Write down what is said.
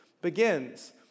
begins